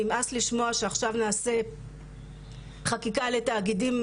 נמאס לשמוע שעכשיו נעשה חקיקה לתאגידים,